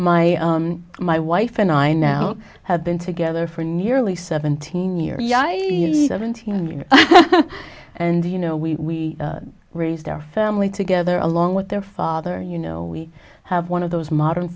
my my wife and i now have been together for nearly seventeen years and you know we raised our family together along with their father you know we have one of those modern